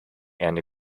and